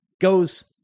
goes